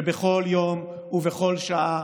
שבכל יום ובכל שעה